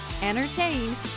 entertain